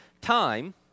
Time